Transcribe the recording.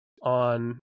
on